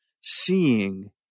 seeing